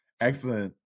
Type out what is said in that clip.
Excellent